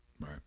Right